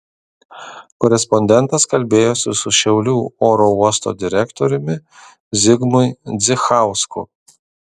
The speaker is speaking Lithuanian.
korespondentas kalbėjosi su šiaulių oro uosto direktoriumi zigmui zdzichausku